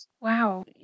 Wow